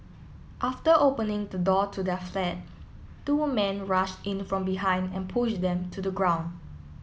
after opening the door to their flat two men rushed in from behind and pushed them to the ground